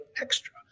extra